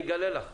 אני אגלה לך,